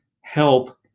help